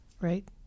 right